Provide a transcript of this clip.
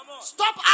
Stop